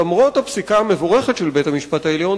למרות הפסיקה המבורכת של בית-המשפט העליון,